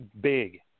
big